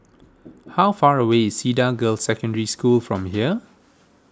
how far away is Cedar Girls' Secondary School from here